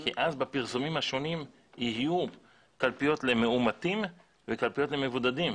כי אז בפרסומים השונים יהיו קלפיות למאומתים וקלפיות למבודדים.